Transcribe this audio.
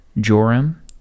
Joram